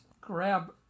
grab